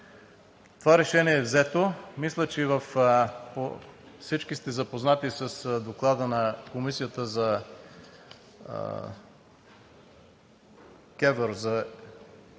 Това решение е взето. Мисля, че всички сте запознати с Доклада на Комисията за